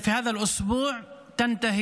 (אומר דברים בשפה הערבית, להלן תרגומם: